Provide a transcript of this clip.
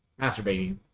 masturbating